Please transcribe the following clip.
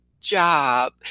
job